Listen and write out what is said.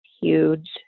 huge